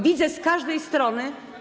Widzę z każdej strony.